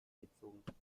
gezogen